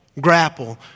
grapple